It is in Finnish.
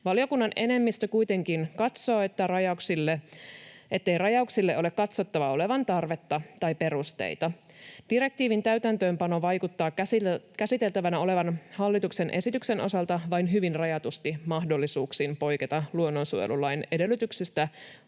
Valiokunnan enemmistö kuitenkin katsoo, ettei rajauksille ole katsottava olevan tarvetta tai perusteita. Direktiivin täytäntöönpano vaikuttaa käsiteltävänä olevan hallituksen esityksen osalta vain hyvin rajatusti mahdollisuuksiin poiketa luonnonsuojelulain edellytyksistä